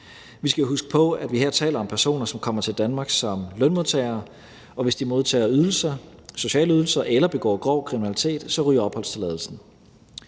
Vi skal huske på, at vi her taler om personer, som kommer til Danmark som lønmodtagere, og hvis de modtager sociale ydelser eller begår grov kriminalitet, ryger opholdstilladelsen.